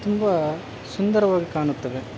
ತುಂಬ ಸುಂದರವಾಗಿ ಕಾಣುತ್ತವೆ